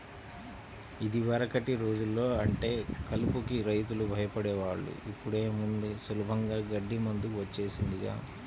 యిదివరకటి రోజుల్లో అంటే కలుపుకి రైతులు భయపడే వాళ్ళు, ఇప్పుడేముంది సులభంగా గడ్డి మందు వచ్చేసిందిగా